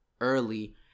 early